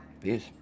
Peace